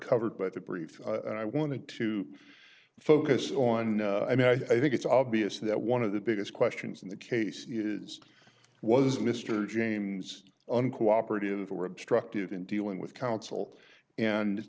covered by the brief and i wanted to focus on i mean i think it's obvious that one of the biggest questions in the case is was mr james uncooperative or obstructive in dealing with counsel and